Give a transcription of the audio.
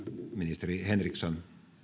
ministeri henriksson